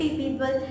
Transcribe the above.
people